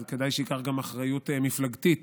אז כדאי שייקח גם אחריות מפלגתית